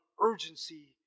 urgency